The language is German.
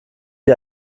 ihr